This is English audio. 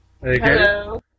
Hello